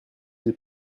ils